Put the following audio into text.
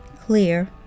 Clear